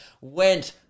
went